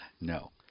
No